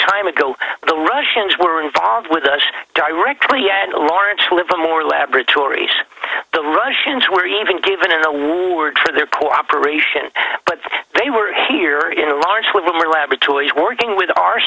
time ago the russians were involved with us directly and lawrence livermore laboratories the russians were even given an award for their cooperation but they were here in lawrence livermore laboratories working